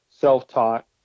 self-taught